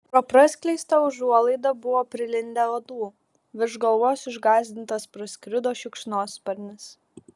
pro praskleistą užuolaidą buvo prilindę uodų virš galvos išgąsdintas praskrido šikšnosparnis